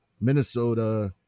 Minnesota